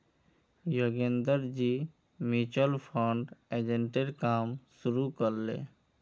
योगेंद्रजी mutual fund एजेंटेर काम शुरू कर ले